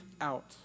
out